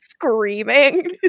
Screaming